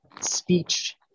speech